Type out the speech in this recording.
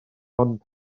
ond